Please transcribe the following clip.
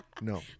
No